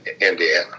Indiana